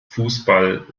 fußball